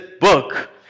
book